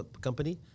company